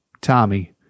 Tommy